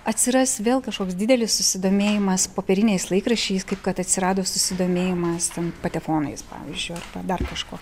atsiras vėl kažkoks didelis susidomėjimas popieriniais laikraščiais kaip kad atsirado susidomėjimas ten patefonais pavyzdžiui arba dar kažkuo